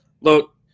look